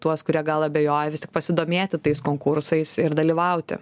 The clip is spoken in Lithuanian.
tuos kurie gal abejoja vis tik pasidomėti tais konkursais ir dalyvauti